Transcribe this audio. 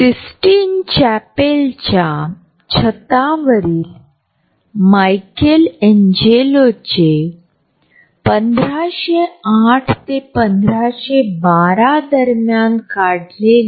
निकटता किंवा परस्परांमधील अंतर आणि त्याचे चार मूलभूत क्षेत्र पहिल्या आठवड्याच्या दुसर्या मॉड्यूल मध्ये सहभागींचे स्वागत आहे